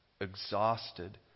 exhausted